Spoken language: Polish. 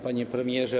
Panie Premierze!